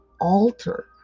alter